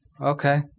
Okay